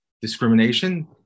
discrimination